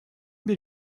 bir